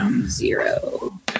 zero